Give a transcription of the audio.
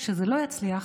וכשזה לא יצליח